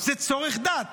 זה צורך דת